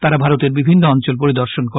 তারা ভারতের বিভিন্ন অঞ্চল পরিদর্শন করে